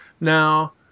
now